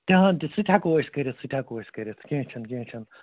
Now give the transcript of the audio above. تہِ ہَن تہِ سُہ تہِ ہٮ۪کَو أسۍ کٔرِتھ سُہ تہِ ہٮ۪کَو أسۍ کٔرِتھ کیٚنٛہہ چھُنہٕ کیٚنٛہہ چھُنہٕ